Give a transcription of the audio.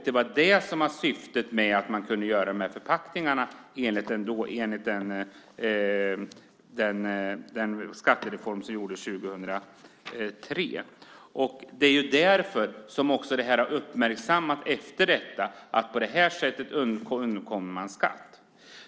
Det var det som var syftet med att man kunde göra de här förpackningarna enligt den skattereform som gjordes 2003. Det är därför som det här har uppmärksammats efter detta, att på det här sättet undkommer man skatt.